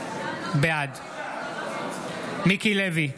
בעד מיקי לוי,